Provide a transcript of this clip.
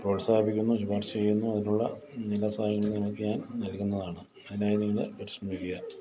പ്രോത്സാഹിപ്പിക്കുന്നു ശുപാർശ ചെയ്യുന്നു അതിനുള്ള എല്ലാ സഹായങ്ങളും നിങ്ങൾക്ക് ഞാൻ നൽകുന്നതാണ് അതിനായി നിങ്ങൾ പരിശ്രമിക്കുക